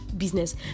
business